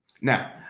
Now